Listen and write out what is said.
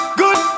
good